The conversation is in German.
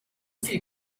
viel